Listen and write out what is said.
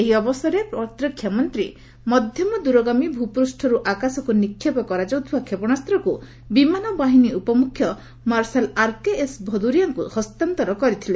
ଏହି ଅବସରରେ ପ୍ରତିରକ୍ଷା ମନ୍ତ୍ରୀ ମଧ୍ୟମ ଦୂରଗାମୀ ଭୂପୃଷ୍ଠରୁ ଆକାଶକୁ ନିକ୍ଷେପ କରାଯାଉଥିବା କ୍ଷେପଶାସକୁ ବିମାନ ବାହିନୀ ଉପମୁଖ୍ୟ ମାର୍ଶାଲ୍ ଆର୍କେଏସ୍ ଭଦୁରିଆଙ୍କୁ ହସ୍ତାନ୍ତର କରିଥିଲେ